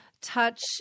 touch